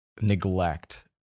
neglect